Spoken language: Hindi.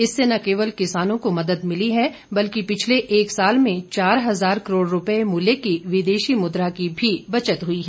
इससे न केवल किसानों को मदद मिली है बल्कि पिछले एक साल में चार हजार करोड़ रुपये मूल्य की विदेशी मुद्रा की भी बचत हुई है